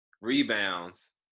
rebounds